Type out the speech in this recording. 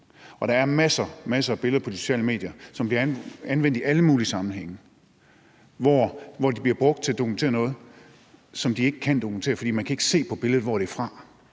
masser, masser af billeder på de sociale medier, som bliver anvendt i alle mulige sammenhænge, hvor de bliver brugt til at dokumentere noget, som de ikke kan dokumentere, for man kan ikke se på billedet, hvor det er fra.